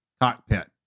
cockpit